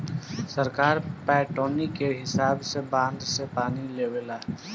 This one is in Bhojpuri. सरकार पटौनी के हिसाब से बंधा से पानी खोलावे ले